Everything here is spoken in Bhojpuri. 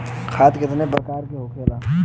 खाद कितने प्रकार के होखेला?